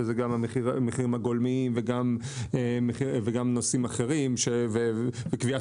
שזה גם המחירים הגולמיים וגם נושאים אחרים וקביעת